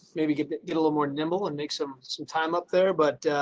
maybe get get a little more nimble and make some some time up there, but